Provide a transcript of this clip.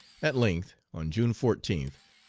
at length, on june fourteenth,